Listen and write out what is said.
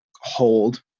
hold